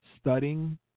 Studying